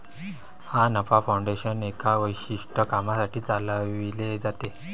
ना नफा फाउंडेशन एका विशिष्ट कामासाठी चालविले जाते